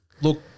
Look